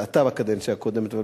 זה אתה בקדנציה הקודמת,